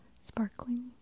sparkling